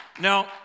Now